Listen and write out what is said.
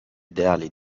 ideali